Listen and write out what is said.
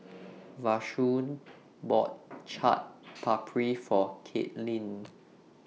Vashon bought Chaat Papri For Kaitlyn